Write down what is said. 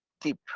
tip